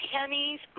pennies